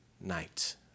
night